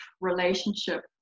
relationship